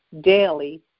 daily